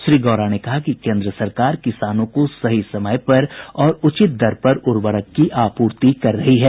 श्री गौड़ा ने कहा कि केंद्र सरकार किसानों को सही समय पर और उचित दर पर उर्वरक की आपूर्ति कर रही है